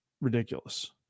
ridiculous